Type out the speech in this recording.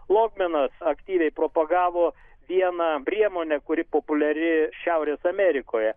logminas aktyviai propagavo vieną priemonę kuri populiari šiaurės amerikoje